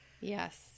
yes